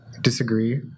disagree